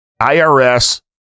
IRS